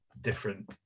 different